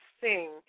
Sing